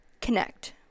connect